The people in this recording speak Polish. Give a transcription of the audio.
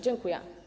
Dziękuję.